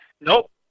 Nope